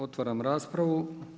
Otvaram raspravu.